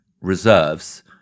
reserves